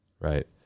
Right